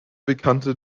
bekannte